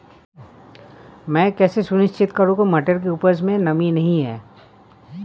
मैं कैसे सुनिश्चित करूँ की मटर की उपज में नमी नहीं है?